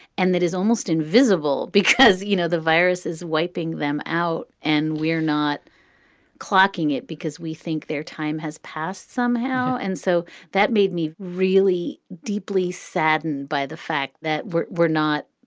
and that is almost invisible because, you know, the virus is wiping them out. and we're not clocking it because we think their time has passed somehow. and so that made me really deeply saddened by the fact that we're we're not